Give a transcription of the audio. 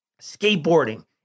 skateboarding